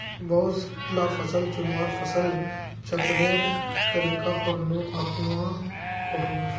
बहुत ला फसल चुन्वात फसल चक्रेर तरीका अपनुआ कोह्चे